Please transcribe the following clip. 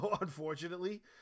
unfortunately